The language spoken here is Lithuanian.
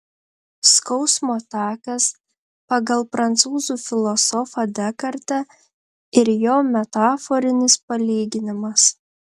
skausmo takas pagal prancūzų filosofą dekartą ir jo metaforinis palyginimas